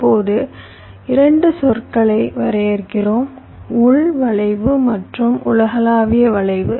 இப்போது 2 சொற்களை வரையறுக்கிறோம் உள் வளைவு மற்றும் உலகளாவிய வளைவு